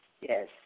Yes